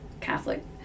Catholic